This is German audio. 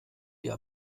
dir